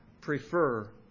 prefer